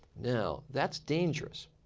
now that's dangerous.